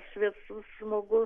šviesus žmogus